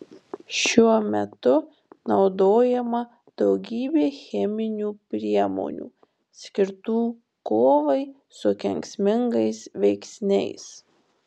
šiuo metu naudojama daugybė cheminių priemonių skirtų kovai su kenksmingais veiksniais